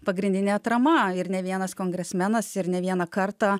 pagrindinė atrama ir ne vienas kongresmenas ir ne vieną kartą